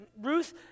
Ruth